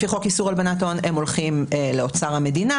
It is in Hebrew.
לפי חוק איסור הלבנת הון הם הולכים לאוצר המדינה.